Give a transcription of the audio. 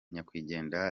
nyakwigendera